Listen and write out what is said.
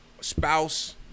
spouse